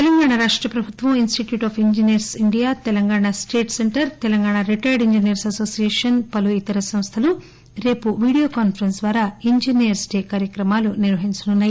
తెలంగాణా రాష్ట ప్రభుత్వం institute of engineers India Telangana state సెంటర్తెలంగాణా retired ఇంజనీర్స్త association పలు ఇతర సంస్థలు రేపు వీడియో కాన్పరెన్స్ ద్వారా ఇంజనీర్స్ డే కార్యక్రమాలను నిర్వహించనున్నాయి